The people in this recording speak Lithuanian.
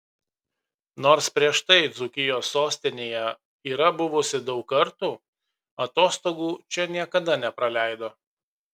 nors prieš tai dzūkijos sostinėje yra buvusi daug kartų atostogų čia niekada nepraleido